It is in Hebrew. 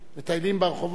מטיילים ברחובות,